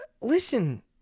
listen